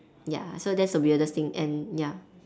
ya so that's the weirdest thing and ya